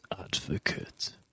Advocate